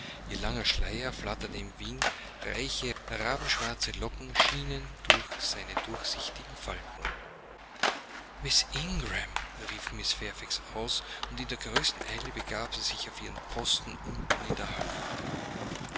ihr langer schleier flatterte im winde reiche rabenschwarze locken schienen durch seine durchsichtigen falten miß ingram rief mrs fairfax aus und in der größten eile begab sie sich auf ihren posten unten in der halle